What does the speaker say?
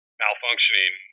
malfunctioning